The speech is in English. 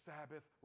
Sabbath